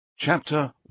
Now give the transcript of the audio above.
Chapter